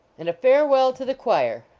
and a farewell to the choir!